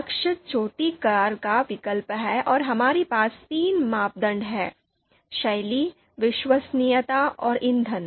लक्ष्य छोटी कार का विकल्प है और हमारे पास तीन मापदंड हैं शैली विश्वसनीयता और ईंधन